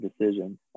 decision